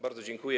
Bardzo dziękuję.